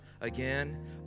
again